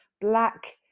black